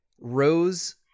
Rose